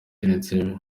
baretse